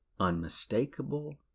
unmistakable